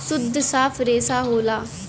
सुद्ध साफ रेसा होला